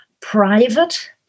private